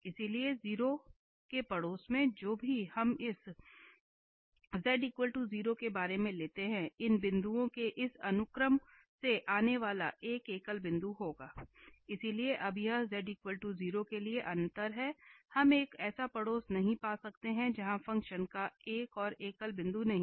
इसलिए 0 के पड़ोस में जो भी हम इस z 0 के बारे में लेते हैं इन बिंदुओं के इस अनुक्रम से आने वाला एक एकल बिंदु होगा इसलिए अब यह z 0 के लिए अंतर है हम एक ऐसा पड़ोस नहीं पा सकते हैं जहां फ़ंक्शन का एक और एकल बिंदु नहीं है